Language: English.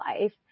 life